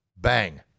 Bang